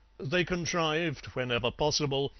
they contrived, whenever possible,